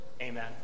Amen